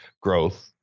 growth